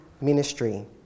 ministry